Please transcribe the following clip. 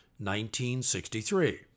1963